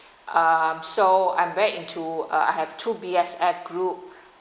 um so I'm back into uh I have two B_S_F group